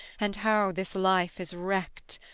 and how this life is wrecked!